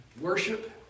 Worship